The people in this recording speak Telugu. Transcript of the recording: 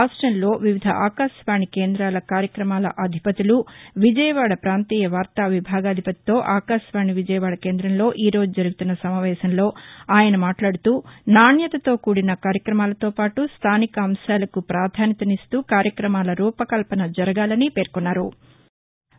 రాష్ట్రంలోని వివిధ ఆకాశవాణి కేందాల కార్యక్రమాల అధిపతులు విజయవాడ ప్రాంతీయ వార్తా విభాగాధిపతితో ఆకాశవాణి విజయవాడ కేంద్రంలో ఈరోజు జరుగుతున్న సమావేశంలో ఆయన మాట్లాదుతూ నాణ్యతతో కూడిన కార్యక్రమాలతో పాటు స్థానిక అంశాలకు పాధాన్యతనిస్తూ కార్యక్రమాల రూపకల్పన జరగాలని పేర్కొన్నారు